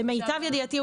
למיטב ידיעתי,